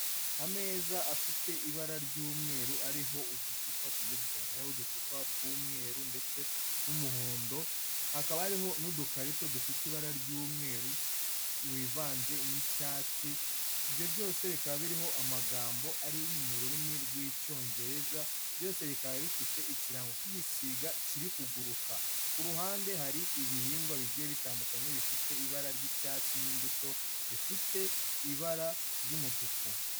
Ameza afite ibara ry'umweru, ariho uducupa tugiye dutandukanye, hariho uducupa tw'umweru ndetse n'umuhondo, hakaba hariho n'udukarito dufite ibara ry'umweru wivanze n'icyatsi, ibyo byose bikaba biriho amagambo ari mu rurimi rw'Icyongereza, byose bikaba bifite ikirango cy'igisiga kiri kuguruka, ku ruhande hari ibihingwa bigiye bitandukanye, bifite ibara ry'icyatsi n'imbuto zifite ibara ry'umutuku.